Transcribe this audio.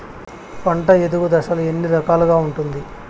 పంట ఎదుగు దశలు ఎన్ని రకాలుగా ఉంటుంది?